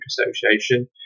Association